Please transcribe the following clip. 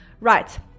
Right